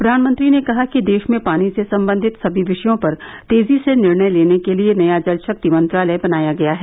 प्रधानमंत्री ने कहा कि देश में पानी से संबंधित सभी विषयों पर तेजी से निर्णय लेने के लिए नया जल शक्ति मंत्रालय बनाया गया है